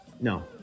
No